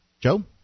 Joe